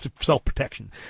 self-protection